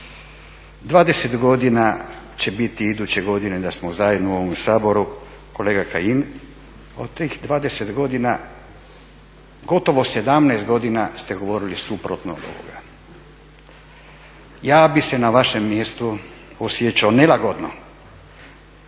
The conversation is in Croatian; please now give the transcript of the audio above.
20 godina će biti iduće godine da smo zajedno u ovom Saboru, kolega Kajin. Od tih 20 godina gotovo 17 godina ste govorili suprotno od ovoga. Ja bih se na vašem mjestu osjećao nelagodno.